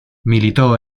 militó